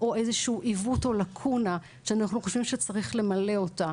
או איזה שהוא עיוות או לקונה שאנחנו חושבים שצריך למלא אותה